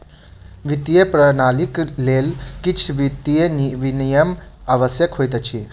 वित्तीय प्रणालीक लेल किछ वित्तीय विनियम आवश्यक होइत अछि